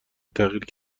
تغییر